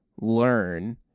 learn